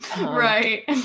Right